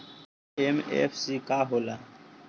MFC का होला?